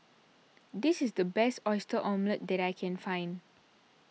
this is the best Oyster Omelette that I can find